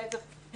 להפך,